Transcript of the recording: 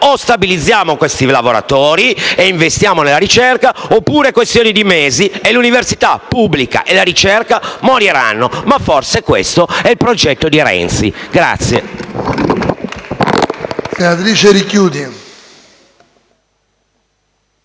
o stabilizziamo questi lavoratori e investiamo nella ricerca, oppure è questione di mesi e l'università pubblica e la ricerca moriranno. Ma forse è questo il progetto di Renzi.